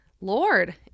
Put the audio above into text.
Lord